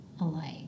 alike